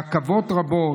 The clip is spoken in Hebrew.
רכבות רבות,